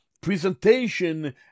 presentation